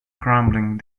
crumbling